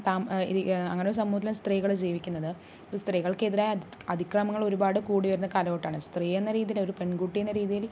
താ അങ്ങനെ ഒരു സമൂഹത്തിലാണ് സ്ത്രീകൾ ജീവിക്കുന്നത് സ്ത്രീകൾക്കെതിരായ അതി അതിക്രമങ്ങൾ ഒരുപാട് കൂടിവരുന്ന കാലഘട്ടമാണ് സ്ത്രീ എന്ന രീതിയിൽ ഒരു പെൺകുട്ടി എന്ന രീതിയിൽ